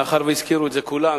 מאחר שהזכירו את זה כולם,